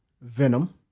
Venom